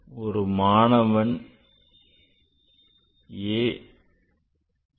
ஒரு மாணவன் a is 10